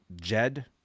Jed